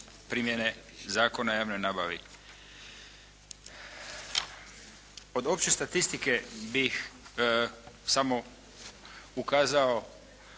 primjene Zakona o javnoj nabavi. Od opće statistike bih samo ukazao,